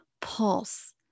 pulse